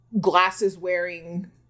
glasses-wearing